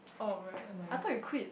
oh right I thought you quit